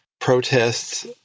protests